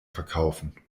verkaufen